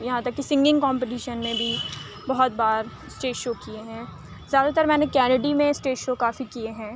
یہاں تک کہ سنگنگ کمپٹیشن میں بھی بہت بار اسٹیج شو کیے ہیں زیادہ تر میں نے کینیڈا میں اسٹیج شو کافی کیے ہیں